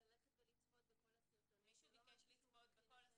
ללכת ולצפות בכל הסרטונים --- מישהו ביקש לצפות בכל הסרטונים?